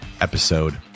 episode